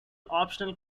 optional